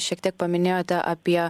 šiek tiek paminėjote apie